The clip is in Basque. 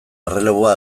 erreleboa